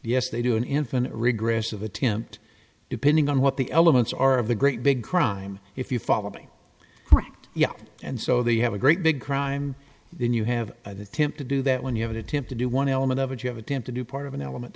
yes they do an infinite regress of attempt depending on what the elements are of the great big crime if you follow being correct yeah and so they have a great big crime then you have attempted to do that when you have an attempt to do one element of it you have attempted to part of an element